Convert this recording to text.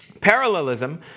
Parallelism